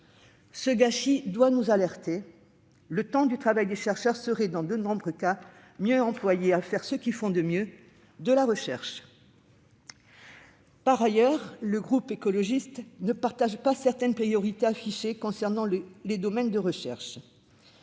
ce gâchis doit nous alerter. Le temps de travail des chercheurs serait, dans de nombreux cas, mieux employé à faire ce qu'ils font le mieux : de la recherche Par ailleurs, le groupe écologiste ne partage pas certaines priorités affichées concernant les domaines de recherche.